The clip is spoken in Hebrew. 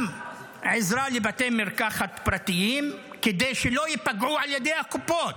גם עזרה לבתי מרקחת פרטיים כדי שלא ייפגעו על ידי הקופות,